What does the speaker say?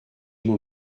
mon